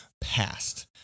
past